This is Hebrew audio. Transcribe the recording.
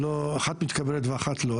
אחת מתקבלת ואחת לא,